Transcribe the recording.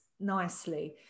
nicely